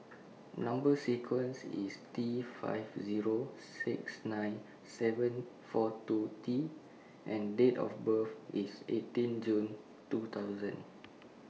Number sequence IS T five Zero six nine seven four two T and Date of birth IS eighteen June two thousand